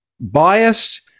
biased